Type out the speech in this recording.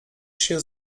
się